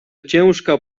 ciężka